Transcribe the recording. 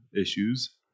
issues